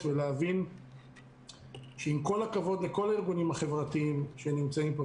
ולהבין שעם כל הכבוד לארגונים החברתיים שנמצאים פה,